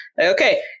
okay